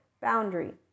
boundary